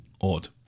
odd